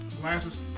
glasses